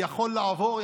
יכול לעבור,